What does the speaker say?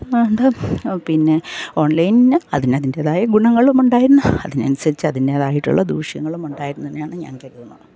എന്താ പിന്നെ ഓൺലൈന് അതിന് അതിൻ്റേതായ ഗുണങ്ങളുമുണ്ടായിരുന്നു അതിനനുസരിച്ച് അതിൻ്റേതായിട്ടുള്ള ദൂഷ്യങ്ങളുമുണ്ടായിരുന്നു എന്നാണ് ഞാൻ കരുതുന്നത്